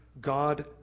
God